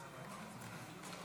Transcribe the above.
אין מתנגדים.